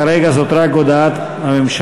כרגע זאת רק הודעת הממשלה.